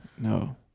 No